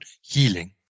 healing